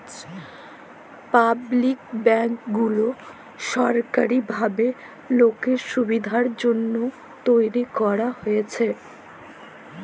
public bank গুলা সরকারি ভাবে লোকের সুবিধের জন্যহে তৈরী করাক হয়েছে